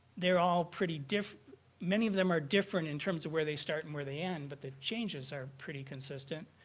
they're all pretty different many of them are different in terms of where they start and where they end. but their changes are pretty consistent.